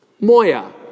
Moya